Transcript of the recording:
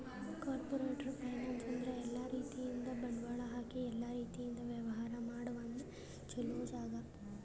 corporate finance ಅಂದ್ರ ಎಲ್ಲಾ ರೀತಿಯಿಂದ್ ಬಂಡವಾಳ್ ಹಾಕಿ ಎಲ್ಲಾ ರೀತಿಯಿಂದ್ ವ್ಯವಹಾರ್ ಮಾಡ ಒಂದ್ ಚೊಲೋ ಜಾಗ